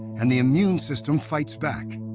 and the immune system fights back,